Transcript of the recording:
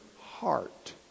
heart